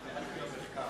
"כולנו קראנו את המחקר",